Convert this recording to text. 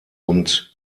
und